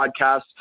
podcast